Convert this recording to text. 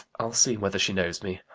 i'll see whether she knows me.